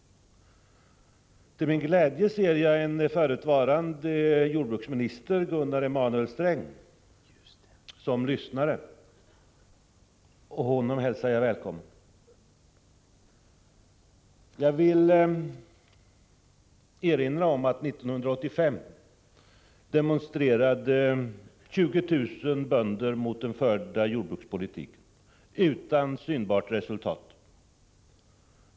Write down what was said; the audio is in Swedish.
Till min glädje ser jag en förutvarande jordbruksminister, Gunnar Emanuel Sträng, som lyssnare. Jag hälsar honom välkommen! Jag vill erinra om att 1985 demonstrerade 20 000 bönder mot den förda jordbrukspolitiken, utan synbart resultat.